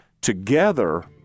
Together